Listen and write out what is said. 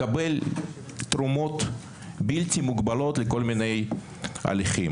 לקבל תרומות בלתי מוגבלות לכל מיני הליכים.